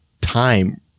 time